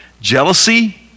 jealousy